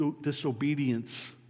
disobedience